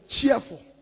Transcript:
cheerful